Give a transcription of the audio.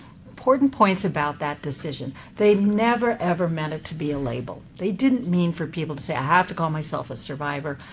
important points about that decision they never, ever meant it to be a label. they didn't mean for people to say, i have to call myself a survivor,